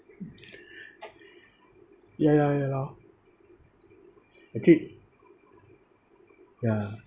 ya ya ya lor okay ya